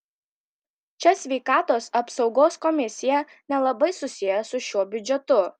čia sveikatos apsaugos komisija nelabai susiejo su šiuo biudžetu